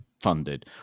funded